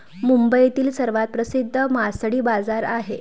मुंबईतील सर्वात प्रसिद्ध मासळी बाजार आहे